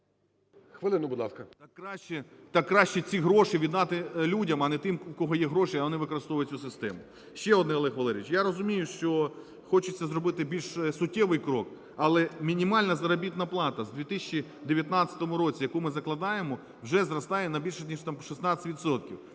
Хвилину, будь ласка. ГРОЙСМАН В.Б. Так краще ці гроші віддати людям, а не тим, в кого є гроші, а вони використовують цю систему. Ще одне, Олег Валерійович. Я розумію, що хочеться зробити більш суттєвий крок, але мінімальна заробітна плата з 2019 року, яку ми закладаємо, вже зростає на більше ніж там